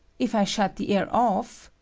if i shut the air off,